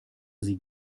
sie